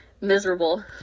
miserable